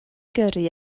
gyrru